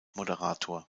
moderator